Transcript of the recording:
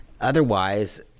otherwise